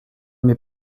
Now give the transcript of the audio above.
mets